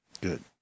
Good